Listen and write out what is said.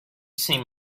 seem